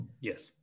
Yes